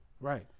Right